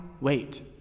wait